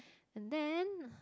and then